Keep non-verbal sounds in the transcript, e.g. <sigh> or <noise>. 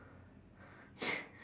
<laughs>